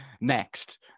Next